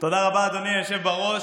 תודה רבה, אדוני היושב-ראש.